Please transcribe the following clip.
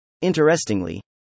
Interestingly